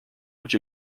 which